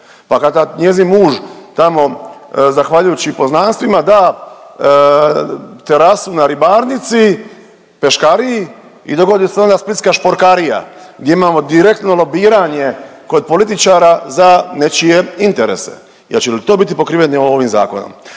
Pa kada njezin muž tamo zahvaljujući poznanstvima da terasu na ribarnici Peškariji i dogodi se onda splitska šporkarija, gdje imamo direktno lobiranje kod političara za nečije interes. Jel' će i to biti pokriveno ovim zakonom?